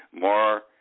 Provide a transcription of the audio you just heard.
more